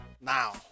Now